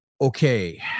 okay